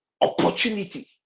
opportunity